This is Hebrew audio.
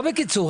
לא בקיצור.